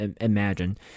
imagine